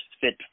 fit